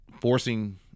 forcing